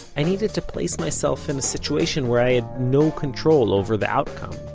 i needed to place myself in a situation where i had no control over the outcome.